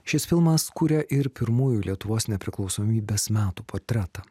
šis filmas kuria ir pirmųjų lietuvos nepriklausomybės metų portretą